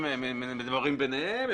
הם מדברים ביניהם,